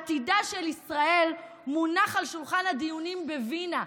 עתידה של ישראל מונח על שולחן הדיונים בווינה.